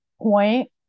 point